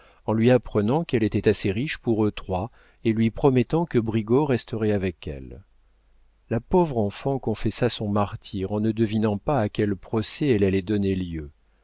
en lui apprenant qu'elle était assez riche pour eux trois et lui promettant que brigaut resterait avec elles la pauvre enfant confessa son martyre en ne devinant pas à quel procès elle allait donner lieu